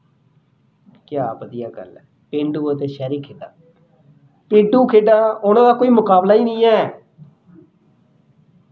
ਕਿਆ ਵਧੀਆ ਗੱਲ ਹੈ ਪੇਂਡੂ ਅਤੇ ਸ਼ਹਿਰੀ ਖੇਡਾਂ ਪੇਂਡੂ ਖੇਡਾਂ ਉਹਨਾਂ ਦਾ ਕੋਈ ਮੁਕਾਬਲਾ ਹੀ ਨਹੀਂ ਹੈ